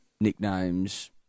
nicknames